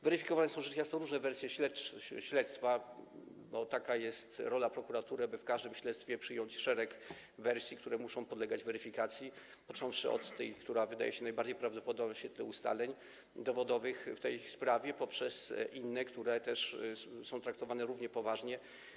Weryfikowane są, rzecz jasna, różne wersje śledztwa, bo taka jest rola prokuratury, aby w każdym śledztwie przyjąć szereg wersji, które muszą podlegać weryfikacji - począwszy od tej, która wydaje się najbardziej prawdopodobna w świetle ustaleń dowodowych w tej sprawie, poprzez inne, które też są traktowane równie poważnie.